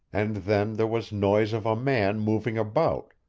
and then there was noise of a man moving about,